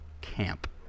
camp